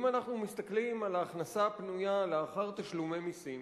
אם אנחנו מסתכלים על הכנסה פנויה לאחר תשלומי מסים,